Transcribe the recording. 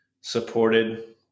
supported